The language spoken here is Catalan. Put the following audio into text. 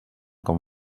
com